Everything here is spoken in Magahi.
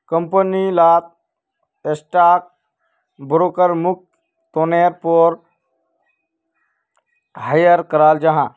कंपनी लात स्टॉक ब्रोकर मुख्य तौरेर पोर हायर कराल जाहा